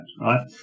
right